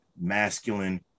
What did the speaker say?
masculine